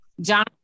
John